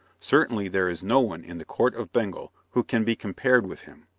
certainly there is no one in the court of bengal who can be compared with him.